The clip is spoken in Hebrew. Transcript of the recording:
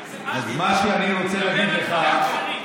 אני מציע לך לדבר על דברים אחרים.